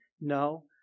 No